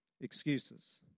Excuses